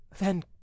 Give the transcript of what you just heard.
Then